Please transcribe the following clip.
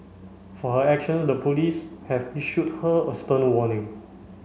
for her actions the police have issued her a stern warning